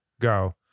go